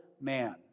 man